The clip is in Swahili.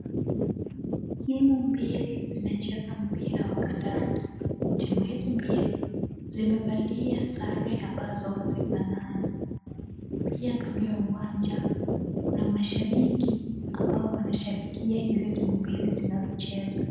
Timu mbili zinacheza mpira wa kandanda. Timu hizi mbili zimevalia sare ambazo hazifanani. Pia kando ya uwanja kuna mashabiki ambao wanashabikia hizi timu mbili zinazocheza.